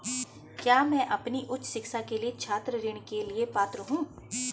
क्या मैं अपनी उच्च शिक्षा के लिए छात्र ऋण के लिए पात्र हूँ?